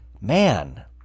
Man